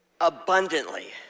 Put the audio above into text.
abundantly